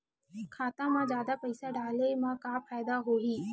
खाता मा जादा पईसा डाले मा का फ़ायदा होही?